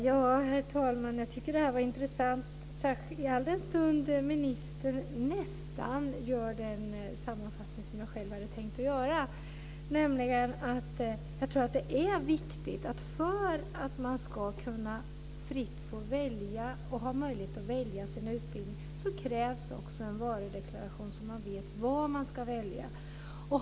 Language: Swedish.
Herr talman! Jag tycker att detta var intressant, alldenstund som ministern nästan gör den sammanfattning som jag själv hade tänkt göra. För att man ska ha möjlighet att fritt få välja sin utbildning krävs det också en varudeklaration så att man vet vad man ska välja.